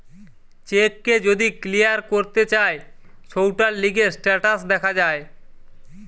check কে যদি clear করতে চায় সৌটার লিগে স্টেটাস দেখা যায়